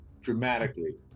dramatically